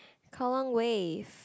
Kallang Wave